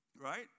right